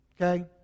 Okay